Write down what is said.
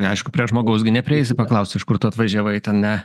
aišku prie žmogaus gi neprieisi paklaust iš kur tu atvažiavai ten ne